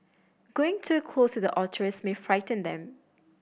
going too close to the otters may frighten them